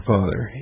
Father